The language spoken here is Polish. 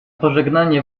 pożegnanie